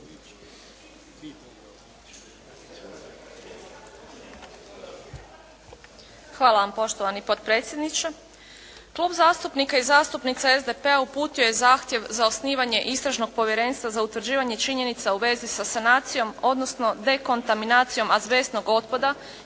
Hvala vam poštovani potpredsjedniče. Klub zastupnika i zastupnica SDP-a uputio je zahtjev za osnivanje Istražnog povjerenstva za utvrđivanje činjenica u vezi sa sanacijom, odnosno dekontaminacijom azbestnog otpada